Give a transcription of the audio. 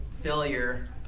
failure